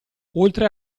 oltre